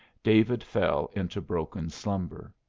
david fell into broken slumber.